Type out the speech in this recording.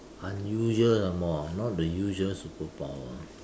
unusual some more ah not the usual superpower